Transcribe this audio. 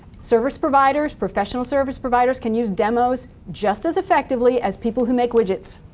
service providers, professional service providers can use demos just as effectively as people who make widgets.